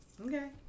Okay